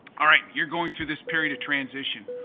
all right, you're going through this period of transition.